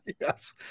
Yes